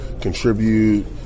contribute